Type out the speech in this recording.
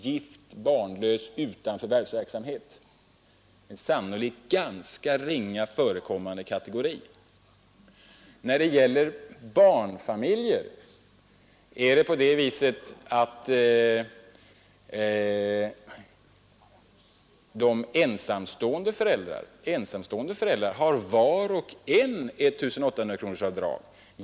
Gifta barnlösa utan förvärvsverksamhet är sannolikt en föga omfångsrik kategori. När det gäller dem som har barn är det så att av ensamstående föräldrar har var och en ett 1 800-kronorsavdrag.